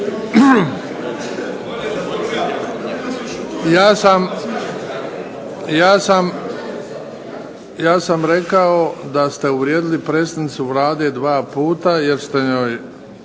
Ja sam rekao da ste uvrijedili predsjednicu Vlade 2 puta jer ste joj